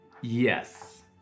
Yes